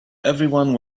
everyone